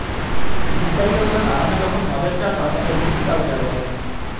বিস্তারিত ভাবে বাগানে যখন মদের চাষ হয় তাকে ভিটি কালচার বলে